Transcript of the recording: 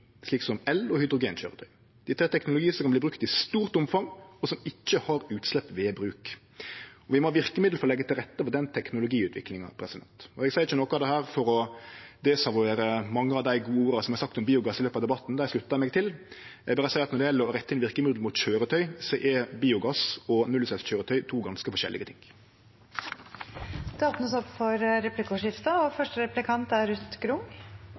slik som el- og hydrogenkøyretøy. Dette er teknologi som kan bli brukt i stort omfang, og som ikkje har utslepp ved bruk. Vi må ha verkemiddel for å leggje til rette for den teknologiutviklinga. Eg seier ikkje noko av dette for å desavuere mange av dei gode orda som er sagt om biogass i løpet av debatten. Dei sluttar eg meg til. Eg vil berre seie at når det gjeld å rette inn verkemiddel mot køyretøy, er biogass og nullutsleppskøyretøy to ganske forskjellige ting. Det blir replikkordskifte.